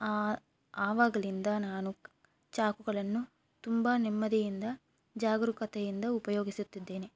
ಆವಾಗಲಿಂದ ನಾನು ಚಾಕುಗಳನ್ನು ತುಂಬ ನೆಮ್ಮದಿಯಿಂದ ಜಾಗರೂಕತೆಯಿಂದ ಉಪಯೋಗಿಸುತ್ತಿದ್ದೇನೆ